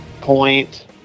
point